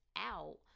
out